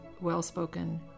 well-spoken